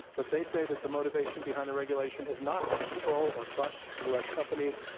but they say that the motivation behind the regulation is not to control or crush u. s. companies,